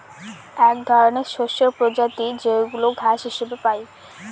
এক ধরনের শস্যের প্রজাতি যেইগুলা ঘাস হিসেবে পাই